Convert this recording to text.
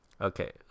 Okay